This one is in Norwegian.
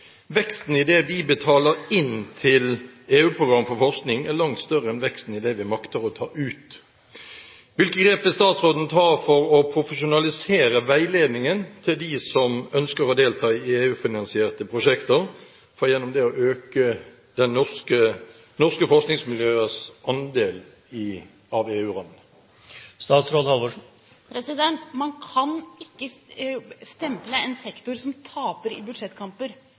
Veksten i det vi betaler inn til EU-program for forskning, er langt større enn veksten i det vi makter å ta ut. Hvilke grep vil statsråden ta for å profesjonalisere veiledningen til dem som ønsker å delta i EU-finansierte prosjekter, for gjennom det å øke norske forskningsmiljøers andel av EU-rammene? Man kan ikke stemple en sektor som har hatt 27 pst. realvekst, som taper i budsjettkamper.